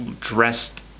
dressed